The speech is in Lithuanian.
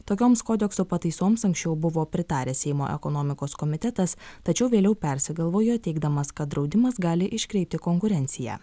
tokioms kodekso pataisoms anksčiau buvo pritaręs seimo ekonomikos komitetas tačiau vėliau persigalvojo teigdamas kad draudimas gali iškreipti konkurenciją